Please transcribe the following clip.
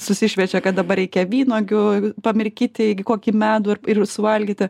susišvieiča kad dabar reikia vynuogių pamirkyti kokį medų ir suvalgyti